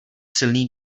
silný